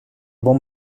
bon